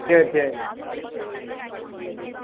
சரி சரி ம்